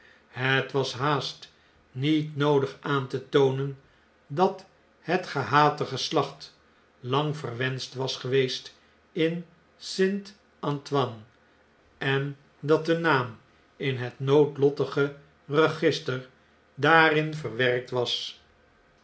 het was haast niet noodig aan te toonen dat het gehate geslacht lang verwenscht was geweest in st a n t o i n e en dat de naam in het noodlottige register daarin gewerkt was